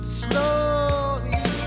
slowly